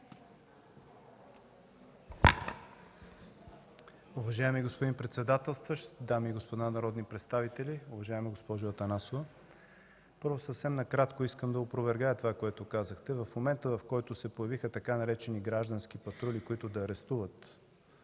Уважаеми господин председателстващ, дами и господа народни представители! Уважаема госпожо Атанасова, съвсем накратко искам да опровергая това, което казвате. В момента, в който се появиха така наречените „граждански патрули“, които да арестуват